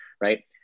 right